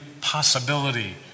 possibility